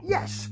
Yes